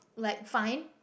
like fine